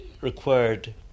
required